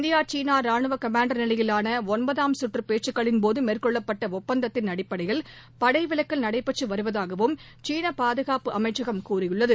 India சீனாராணுவகமாண்டர் நிலையிவானதன்பதாம் கற்றுபேச்சுக்களின்போதுமேற்கொள்ளப்பட்டஆப்பந்தத்தின் அடப்படையில் படைவிலக்கல் நடைபெற்றுவருவதாகவும் சீனபாதுகாப்பு அமைச்சகம் தெரிவித்துள்ளது